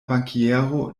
bankiero